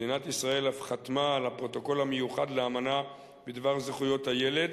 מדינת ישראל אף חתמה על הפרוטוקול המיוחד לאמנה בדבר זכויות הילד